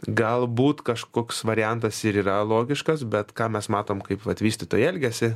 galbūt kažkoks variantas ir yra logiškas bet ką mes matom kaip vat vystytojai elgiasi